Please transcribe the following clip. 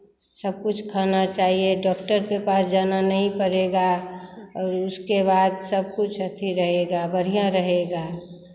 सब कुछ खाना चाहिए डॉक्टर के पास जाना नहीं पड़ेगा और उसके बाद सब कुछ अथि रहेगा बढ़ियाँ रहेगा